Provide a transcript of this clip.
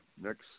next